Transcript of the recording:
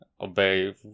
obey